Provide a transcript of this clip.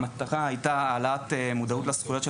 המטרה הייתה העלאת המודעות לזכויות של